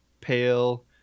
Pale